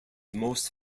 most